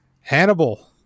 *Hannibal*